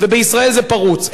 ובישראל זה פרוץ,